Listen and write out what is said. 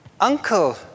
Uncle